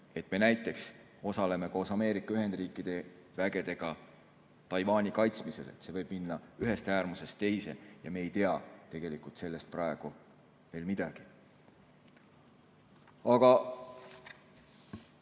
et me näiteks osaleme koos Ameerika Ühendriikide vägedega Taiwani kaitsmisel. Nii et see võib minna ühest äärmusest teise ja me ei tea tegelikult sellest praegu veel midagi. Kõik